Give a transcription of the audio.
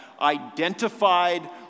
identified